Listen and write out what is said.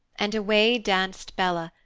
and away danced bella,